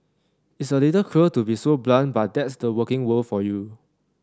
it's a little cruel to be so blunt but that's the working world for you